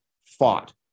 fought